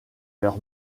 leur